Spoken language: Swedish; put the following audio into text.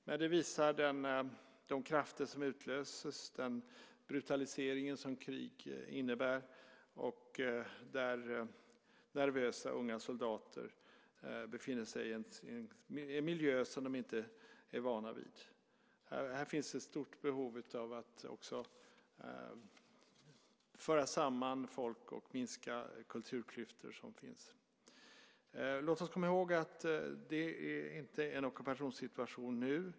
Detta visar de krafter som utlöses, den brutalisering som krig innebär och vad som händer när nervösa unga soldater befinner sig i en miljö som de inte är vana vid. Här finns ett stort behov av att också föra samman folk och minska kulturklyftor som finns. Låt oss komma ihåg att det inte råder en ockupationssituation nu.